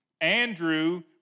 Andrew